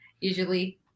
usually